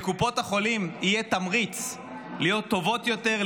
ולקופות החולים יהיה תמריץ להיות טובות יותר,